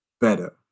better